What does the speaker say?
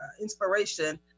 inspiration